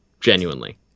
Genuinely